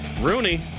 Rooney